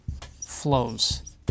flows